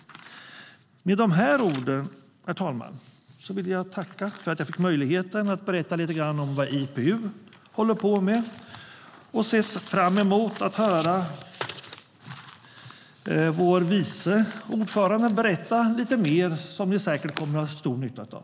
Med dessa ord, herr talman, vill jag tacka för att jag fick möjlighet att berätta lite grann om vad IPU håller på med. Jag ser fram emot att höra vår vice ordförande berätta lite mer om sådant vi säkert kommer att ha stor nytta av.